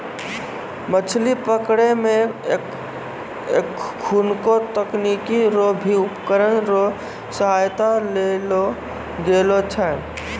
मछली पकड़ै मे एखुनको तकनीकी रो भी उपकरण रो सहायता लेलो गेलो छै